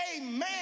amen